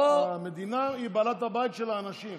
המדינה היא בעלת הבית של האנשים.